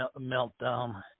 meltdown